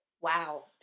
Wow